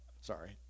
sorry